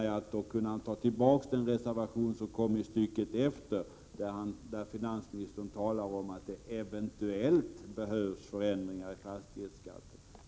Jag menar alltså att finansministern kunde ta tillbaka det som han sade om att det ”eventuellt” behövs förändringar i fastighetsskatten.